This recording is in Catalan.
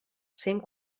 cent